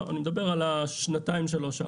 לא, אני מדבר על השנתיים-שלוש האחרונים.